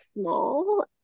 small